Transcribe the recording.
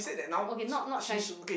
okay not not trying to